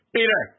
Peter